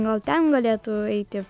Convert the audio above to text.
gal ten galėtų eiti